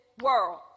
world